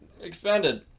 Expanded